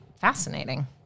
fascinating